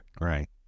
Right